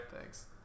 Thanks